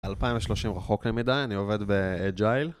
2030 רחוק למידה, אני עובד באג'ייל